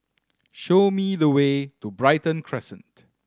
show me the way to Brighton Crescent